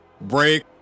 break